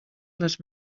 les